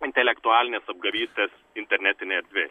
intelektualines apgavystes internetinėj erdvėj